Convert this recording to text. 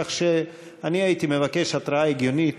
כך שאני הייתי מבקש התראה הגיונית.